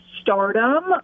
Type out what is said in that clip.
stardom